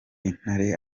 intare